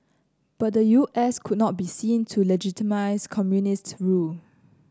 but the U S could not be seen to legitimise communist rule